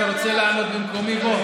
אתה רוצה לענות במקומי?